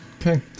Okay